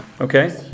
Okay